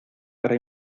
para